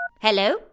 Hello